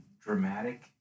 dramatic